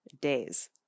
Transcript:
days